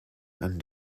and